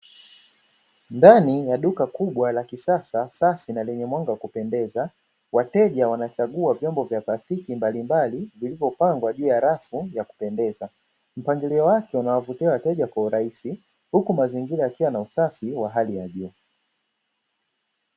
Ndani ya duka kubwa la kisasa safi na lenye mwanga kupendeza, wateja wanachagua vyombo vya plastiki mbalimbali vilivyopangwa juu ya rafu ya kupendeza, mpangilio wake unawavutia wateja kwa urahisi huku mazingira yakiwa na usafi wa hali ya juu.